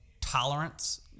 tolerance